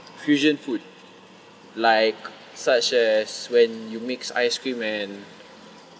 fusion food like such as when you mix ice cream and